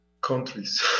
countries